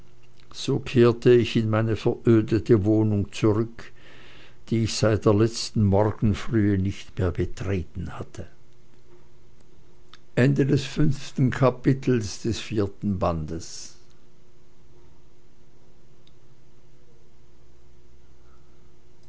so kehrte ich in meine verödete wohnung zurück die ich seit der letzten morgenfrühe nicht mehr betreten hatte